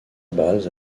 base